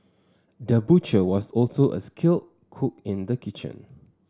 the butcher was also a skilled cook in the kitchen